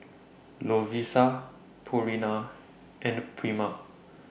Lovisa Purina and Prima